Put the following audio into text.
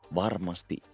varmasti